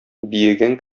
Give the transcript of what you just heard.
биегән